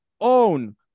own